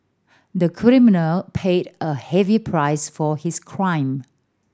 the criminal paid a heavy price for his crime